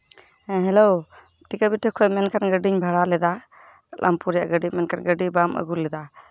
ᱦᱮᱸ ᱦᱮᱞᱳ ᱴᱤᱠᱟᱹᱵᱷᱤᱴᱟᱹ ᱠᱷᱚᱡ ᱢᱮᱱᱠᱷᱟᱱ ᱜᱟᱹᱰᱤᱧ ᱵᱷᱟᱲᱟ ᱞᱮᱫᱟ ᱨᱟᱢᱯᱩᱨ ᱨᱮᱭᱟᱜ ᱜᱟᱹᱰᱤ ᱢᱮᱱᱠᱷᱟᱱ ᱜᱟᱹᱰᱤ ᱵᱟᱢ ᱟᱹᱜᱩ ᱞᱮᱫᱟ